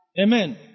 Amen